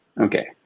Okay